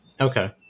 Okay